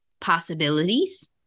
possibilities